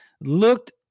looked